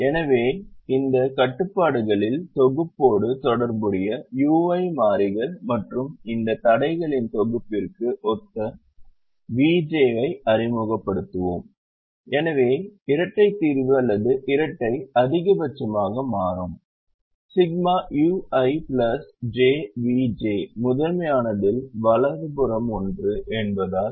எனவே இந்த கட்டுப்பாடுகளின் தொகுப்போடு தொடர்புடைய ui மாறிகள் மற்றும் இந்த தடைகளின் தொகுப்பிற்கு ஒத்த vj ஐ அறிமுகப்படுத்துவோம் எனவே இரட்டை தீர்வு அல்லது இரட்டை அதிகபட்சமாக மாறும் ∑ui jv j முதன்மையானதில் வலது புறம் ஒன்று என்பதால்